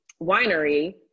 winery